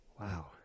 Wow